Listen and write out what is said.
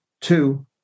Two